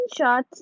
screenshots